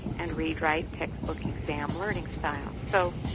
and read write textbook exam learning style. so